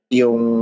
yung